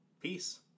peace